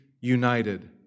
united